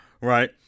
right